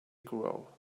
grow